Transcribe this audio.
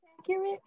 accurate